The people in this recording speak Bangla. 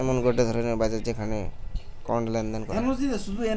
এমন গটে ধরণের বাজার যেখানে কন্ড লেনদেন করে